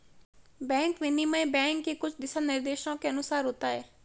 bank विनिमय bank के कुछ दिशानिर्देशों के अनुसार होता है